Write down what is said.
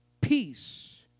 peace